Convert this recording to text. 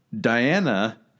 Diana